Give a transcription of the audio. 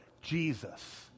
Jesus